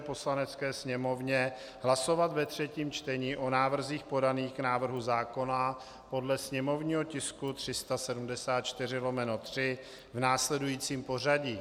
Poslanecké sněmovně hlasovat ve třetím čtení o návrzích podaných k návrhu zákona podle sněmovního tisku 374/3 v následujícím pořadí.